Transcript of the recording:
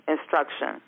instruction